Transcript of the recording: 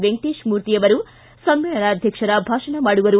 ವೆಂಟಕೇಶಮೂರ್ತಿ ಅವರು ಸಮ್ಮೇಳನಾಧ್ಯಕ್ಷರ ಭಾಷಣ ಮಾಡುವರು